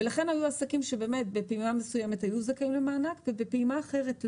ולכן היו עסקים שבפעימה מסוימת היו זכאים למענק ובפעימה אחרת לא.